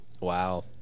Wow